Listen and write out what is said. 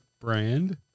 Brand